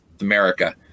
America